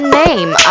name